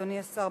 אדוני השר,